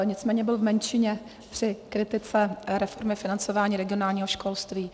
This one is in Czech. Nicméně byl v menšině při kritice reformy financování regionálního školství.